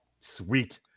Sweet